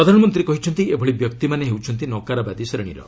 ପ୍ରଧାନମନ୍ତ୍ରୀ କହିଛନ୍ତି ଏଭଳି ବ୍ୟକ୍ତିମାନେ ହେଉଛନ୍ତି ନକାରାବାଦୀ ଶ୍ରେଣୀର